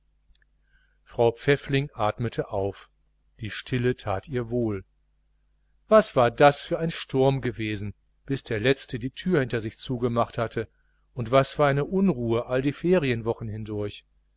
frau pfäffling atmete auf die stille tat ihr wohl was war das für ein sturm gewesen bis der letzte die türe hinter sich zugemacht hatte und was für eine unruhe all die ferienwochen hindurch